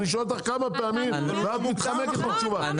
שואל אותך כמה פעמים ואת מתחמקת מתשובה,